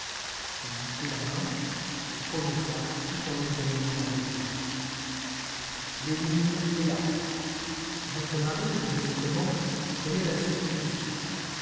il lui prit la main et prononça tout en examinant l'anneau d'or l'énigme est là votre mari je ne sais comment connaît la substitution